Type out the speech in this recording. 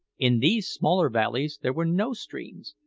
in these smaller valleys there were no streams,